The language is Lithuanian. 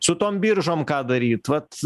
su tom biržom ką daryt vat